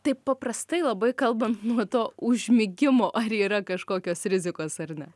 taip paprastai labai kalbant nuo to užmigimo ar yra kažkokios rizikos ar ne